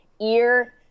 ear